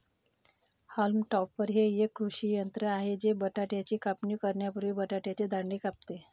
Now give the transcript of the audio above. haulm topper हे एक कृषी यंत्र आहे जे बटाट्याची कापणी करण्यापूर्वी बटाट्याचे दांडे कापते